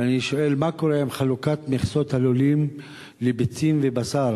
ואני שואל: מה קורה עם חלוקת מכסות הלולים לביצים ובשר